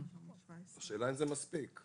השאלה אם זה מספיק.